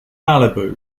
malibu